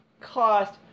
cost